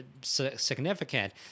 significant –